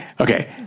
okay